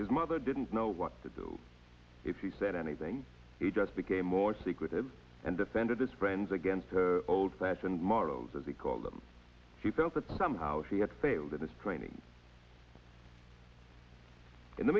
his mother didn't know what to do if he said anything he just became more secretive and defended his friends against old fashioned models as he called them he felt that somehow he had failed in his training in the